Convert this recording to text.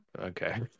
okay